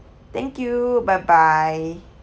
thank you bye bye